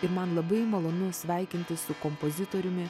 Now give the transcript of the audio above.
ir man labai malonu sveikintis su kompozitoriumi